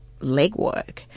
legwork